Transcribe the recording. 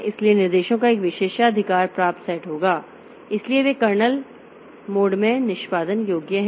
इसलिए निर्देशों का एक विशेषाधिकार प्राप्त सेट होगा इसलिए वे केवल कर्नेल मोड में निष्पादन योग्य हैं